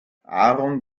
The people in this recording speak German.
aaron